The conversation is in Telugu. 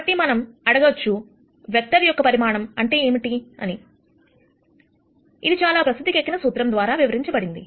కాబట్టి మనం అడగొచ్చు వెక్టర్ యొక్క పరిమాణం అంటే ఏమిటి అని మరియు ఇది చాలా ప్రసిద్ధికెక్కిన సూత్రం ద్వారా వివరించబడింది